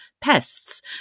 pests